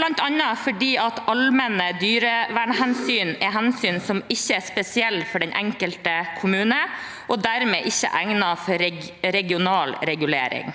bl.a. fordi allmenne dyrevernhensyn er hensyn som ikke er spesielle for den enkelte kommunen og dermed ikke er egnet for regional regulering.